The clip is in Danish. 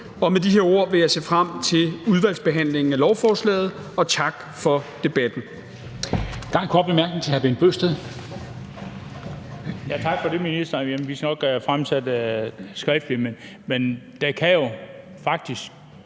Med de her ord vil jeg se frem til udvalgsbehandlingen af lovforslaget og sige tak for debatten.